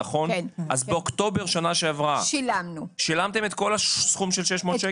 אז באוקטובר שנה שעברה שילמתם את כל הסכום של 600 שקל?